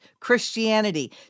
Christianity